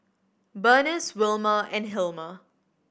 Bernice Wilmer and Hilmer